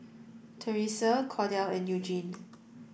Thresa Cordell and Eugene